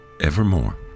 evermore